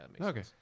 Okay